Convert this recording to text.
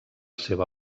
seva